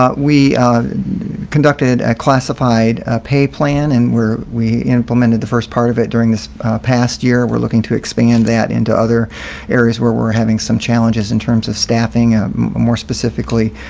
ah we conducted a classified pay plan and we're we implemented the first part of it during this past year, we're looking to expand that into other areas where we're having some challenges in terms of staffing more specifically,